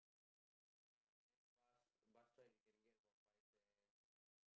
and then ya and then bus bus ride you can get about five cents